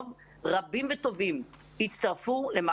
רבה.